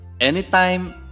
anytime